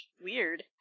Weird